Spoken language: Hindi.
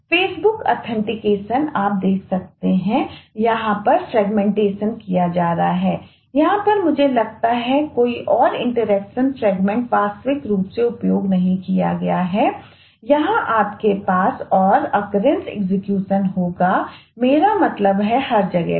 फेसबुक ऑथेंटिकेशन होगा मेरा मतलब है हर जगह पर